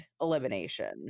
elimination